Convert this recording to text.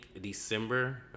December